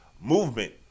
movement